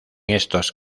estos